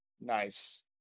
Nice